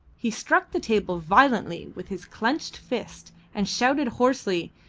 he struck the table violently with his clenched fist and shouted hoarsely,